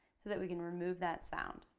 so that we can remove that sound.